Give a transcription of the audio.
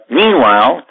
meanwhile